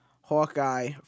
Hawkeye